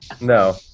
No